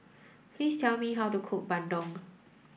please tell me how to cook Bandung